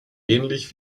ähnlich